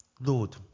Lord